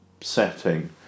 setting